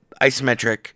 isometric